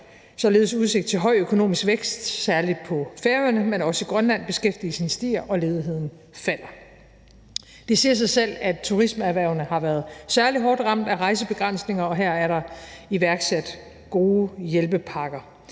således udsigt til høj økonomisk vækst, særlig på Færøerne, men også i Grønland; beskæftigelsen stiger, og ledigheden falder. Det siger sig selv, at turismeerhvervene har været særlig hårdt ramt af rejsebegrænsninger, og her er der iværksat gode hjælpepakker.